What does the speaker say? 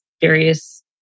various